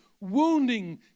wounding